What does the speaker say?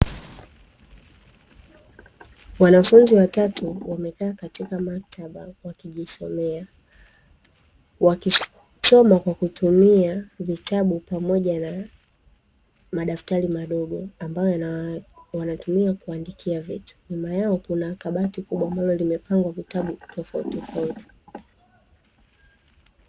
Wanafunzi watatu wamekaa katika maktaba wakijisomea, wakisoma kwa kutumia vitabu pamoja na madaftari madogo, ambayo yana wanatumia kuandikia vitu. Nyuma yao kuna kabati kubwa ambalo limepangwa vitabu tofauti tofauti.